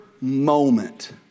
moment